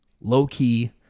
low-key